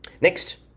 Next